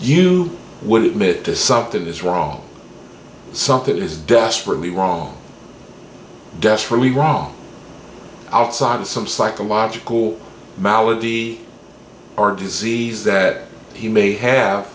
you will admit to something is wrong something is desperately wrong desperately wrong outside of some psychological malady our disease that he may have